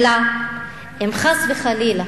אלא אם, חס וחלילה,